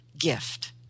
gift